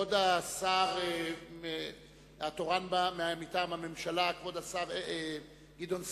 כבוד השר התורן מטעם הממשלה, גדעון סער,